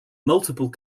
multiple